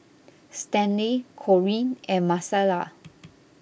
Stanley Corinne and Marcela